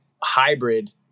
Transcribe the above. hybrid